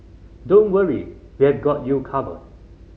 don't worry we've got you covered